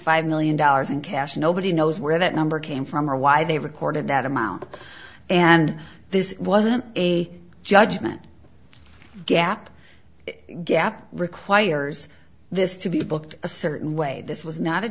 five million dollars in cash nobody knows where that number came from or why they recorded that amount and this wasn't a judgment gap gap requires this to be booked a certain way this was not a